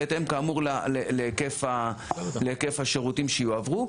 בהתאם כאמור להיקף השירותים שיועברו.